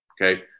Okay